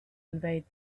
invade